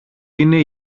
είναι